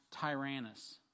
Tyrannus